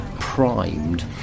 primed